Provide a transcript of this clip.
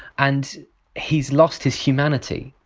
and he's lost his humanity,